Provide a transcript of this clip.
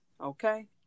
Okay